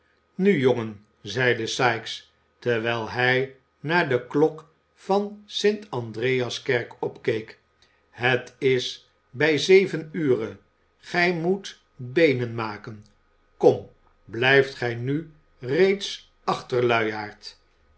nu jongen zeide sikes terwijl hij naar de klok van st andreaskerk opkeek het is bij zeven ure gij moet beenen maken kom blijft gij nu reeds achter luiaard